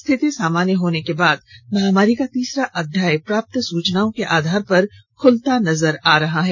स्थिति सामान्य होने के बाद महामारी को तीसरा अध्याय प्राप्त सूचनाओं के आधार पर खुलता नजर आ रहा है